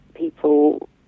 people